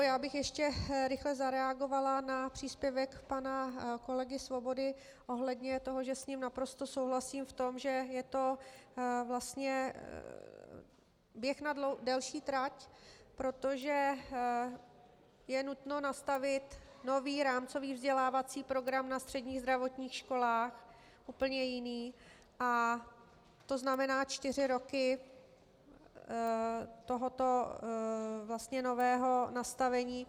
Já bych ještě rychle zareagovala na příspěvek pana kolegy Svobody ohledně toho, že s ním naprosto souhlasím v tom, že je to vlastně běh na delší trať, protože je nutno nastavit nový rámcový vzdělávací program na středních zdravotních školách, úplně jiný, to znamená čtyři roky tohoto vlastně nového nastavení.